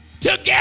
together